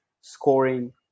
scoring